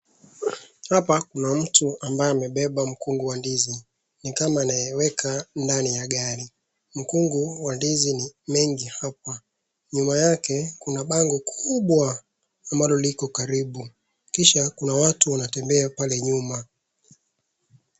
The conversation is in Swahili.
Hapa kuna mtu ambaye amebeba mkungu wa ndizi ni kama anaweka ndani ya gari mkungu wa ndizi ni mengi hapa. Nyuma yake kuna bango kubwa ambalo liko karibu kisha kuna watu wanatembea pale nyuma.